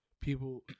People